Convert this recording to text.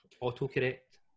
Auto-correct